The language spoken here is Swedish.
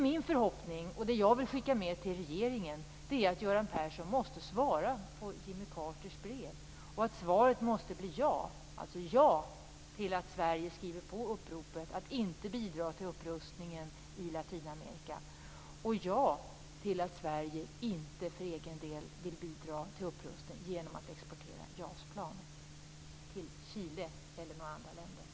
Min förhoppning och det jag vill skicka med till regeringen är att Göran Persson måste svara på Jimmy Carters brev, och svaret måste bli ja, dvs. ja till att Sverige skriver på uppropet och inte bidrar till upprustningen i Latinamerika och ja till att Sverige inte för egen del bidrar till upprustningen genom att exportera JAS-plan till Chile eller några andra länder.